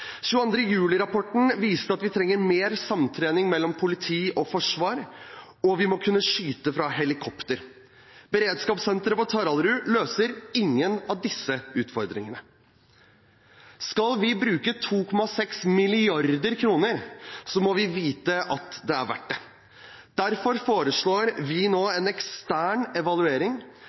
22. juli-rapporten viste at vi trenger mer samtrening mellom politiet og Forsvaret, og vi må kunne skyte fra helikopter. Beredskapssenteret på Taraldrud løser ingen av disse utfordringene. Skal vi bruke 2,6 mrd. kr, må vi vite at det er verdt det. Derfor foreslår vi nå en ekstern evaluering